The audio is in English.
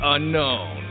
Unknown